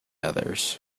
others